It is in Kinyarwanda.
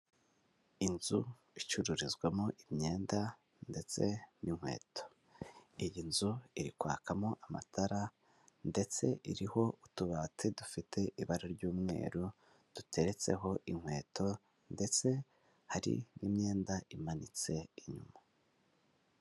Inzu icururizwamo imyenda ndetse n'inkweto iyi nzu iri kwakamo amatara, ndetse iriho utubati dufite ibara ry'umweru duteretseho inkweto ndetse hari n'imyenda imanitse inyuma.